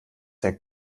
der